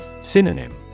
Synonym